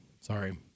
Sorry